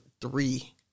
three